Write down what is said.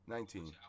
Nineteen